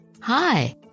Hi